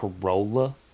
Corolla